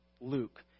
Luke